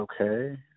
okay